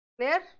clear